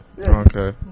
Okay